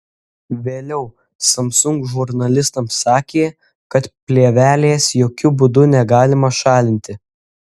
vėliau samsung žurnalistams sakė kad plėvelės jokiu būdu negalima šalinti